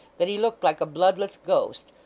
that he looked like a bloodless ghost,